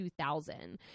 2000